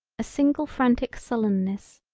a single frantic sullenness,